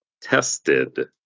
tested